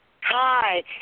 Hi